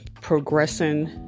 progressing